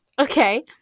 Okay